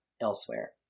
elsewhere